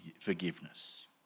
forgiveness